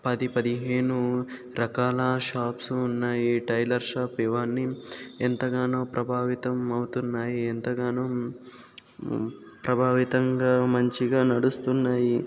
పది పదిహేను రకాల షాప్స్ ఉన్నాయి టైలర్ షాప్ ఇవన్నీ ఎంతగానో ప్రభావితం అవుతున్నాయి ఎంతగానో ప్రభావితంగా మంచిగా నడుస్తున్నాయి